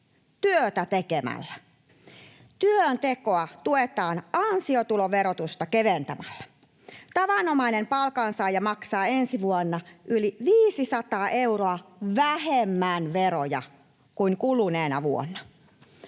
työtä tekemällä. Työntekoa tuetaan ansiotuloverotusta keventämällä. Tavanomainen palkansaaja maksaa ensi vuonna yli 500 euroa vähemmän veroja kuin kuluneena vuonna.